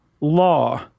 law